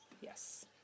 Yes